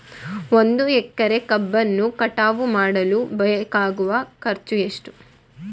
ಒಂದು ಎಕರೆ ಕಬ್ಬನ್ನು ಕಟಾವು ಮಾಡಲು ಬೇಕಾಗುವ ಖರ್ಚು ಎಷ್ಟು?